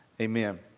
Amen